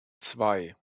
zwei